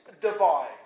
divide